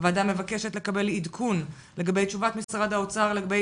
הוועדה מבקשת לקבל עדכון לגבי תשובת משרד האוצר לגבי